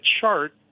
chart